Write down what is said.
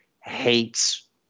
hates